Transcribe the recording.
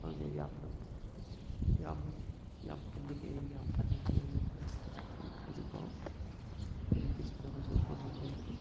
ꯈꯪꯗꯦ ꯌꯥꯝꯅ ꯌꯥꯝ ꯌꯥꯝ ꯄꯨꯟꯅꯤꯡꯉꯛꯑꯦ ꯌꯥꯝ ꯍꯟꯅꯤꯡꯉꯛꯑꯦ ꯌꯨꯝꯗ ꯍꯧꯖꯤꯛꯇꯤ ꯍꯧꯖꯤꯛꯐꯥꯎ ꯍꯧꯖꯤꯛꯇꯤ ꯁꯥꯟꯅꯕꯁꯨ ꯐꯪꯈꯤꯗ꯭ꯔꯦ